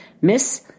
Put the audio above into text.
Miss